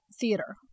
theater